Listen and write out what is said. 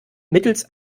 mittels